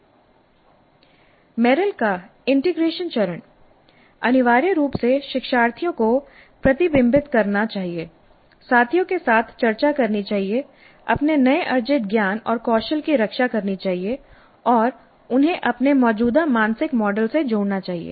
Merrill का integration चरण अनिवार्य रूप से शिक्षार्थियों को प्रतिबिंबित करना चाहिए साथियों के साथ चर्चा करनी चाहिए अपने नए अर्जित ज्ञान और कौशल की रक्षा करनी चाहिए और उन्हें अपने मौजूदा मानसिक मॉडल से जोड़ना चाहिए